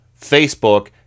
Facebook